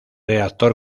reactor